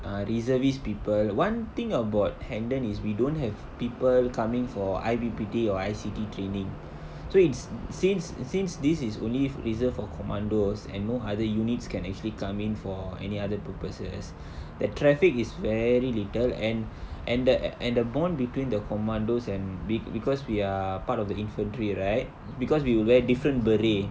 err reservist people [one] thing about hendon is we don't have people coming for I_P_P_T or I_C_T training so it's since since this is only reserved for commandos and no other units can actually come in for any other purposes the traffic is very little and and the and the bond between the commandos and w~ because we are part of the infantry right because we will wear different beret